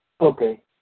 Okay